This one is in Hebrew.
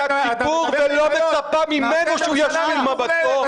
הציבור ולא מצפה ממנו שהוא ישפיל את מבטו.